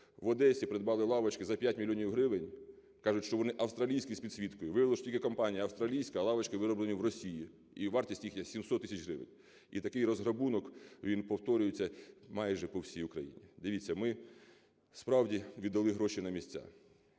В Одесі придбали лавочки за 5 мільйонів гривень. Кажуть, що вони австралійські, з підсвіткою. Виявилося, що тільки компанія австралійська, а лавочки вироблені в Росії і вартість їх є 700 тисяч гривень. І такий розграбунок, він повторюється майже по всій Україні. Дивіться, ми справді віддали гроші на місця,